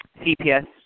CPS